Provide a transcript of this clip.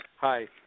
Hi